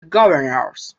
governors